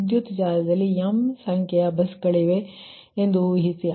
ವಿದ್ಯುತ್ ಜಾಲದಲ್ಲಿ m ಸಂಖ್ಯೆಯ ಬಸ್ ಗಳಿವೆ ಎಂದು ಊಹಿಸಿ